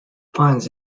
pines